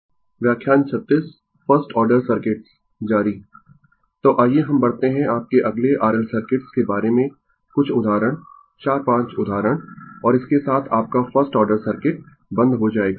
Fundamentals of Electrical Engineering Prof Debapriya Das Department of Electrical Engineering Indian Institute of Technology Kharagpur व्याख्यान 36 first order circuits जारी तो आइये हम बढ़ते है आपके अगले RL सर्किट्स के बारे में कुछ उदाहरण 4 5 उदाहरण और इसके साथ आपका फर्स्ट ऑर्डर सर्किट बंद हो जाएगा